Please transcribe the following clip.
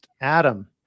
Adam